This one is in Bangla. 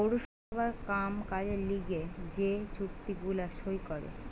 পৌরসভার কাম কাজের লিগে যে চুক্তি গুলা সই করে